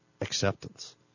acceptance